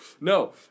No